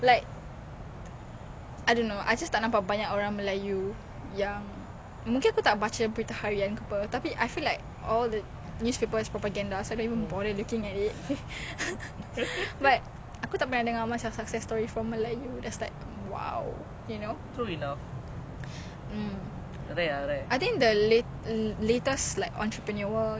mm I think the latest entrepreneurial I heard about is like this chinese couple they start like a pet grooming service ya untuk anjing ah I mean that's for them ah that's a niche for them but like aku tak dengar pasal melayu pun asal kita punya community diam jer